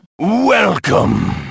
Welcome